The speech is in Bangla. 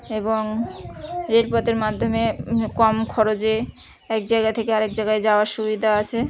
এবং রেলপথের মাধ্যমে কম খরচে এক জায়গা থেকে আরেক জাগায় যাওয়ার সুবিধা আছে